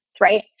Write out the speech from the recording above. right